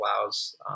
allows